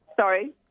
Sorry